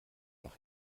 noch